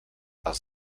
els